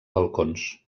balcons